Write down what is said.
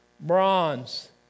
bronze